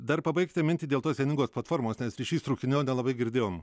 dar pabaigti mintį dėl tos vieningos platformos nes ryšys trūkinėjo nelabai girdėjom